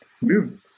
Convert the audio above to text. Move